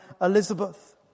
Elizabeth